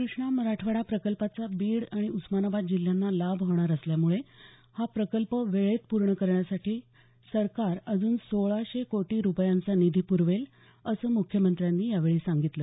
कृष्णा मराठवाडा प्रकल्पाचा बीड आणि उस्मानाबाद जिल्ह्यांना लाभ होणार असल्यामुळे हा प्रकल्प वेळेत पूर्ण करण्यासाठी सरकार अजून सोळाशे कोटी रुपयांचा निधी शासन पुरवेल असं मुख्यमंत्र्यांनी यावेळी सांगितलं